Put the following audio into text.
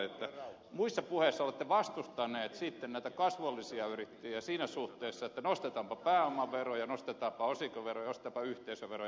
toiseksi muissa puheissa olette vastustanut sitten kasvullisia yrittäjiä siinä suhteessa että nostetaanpa pääomaveroja nostetaanpa osinkoveroja nostetaanpa yhteisöveroja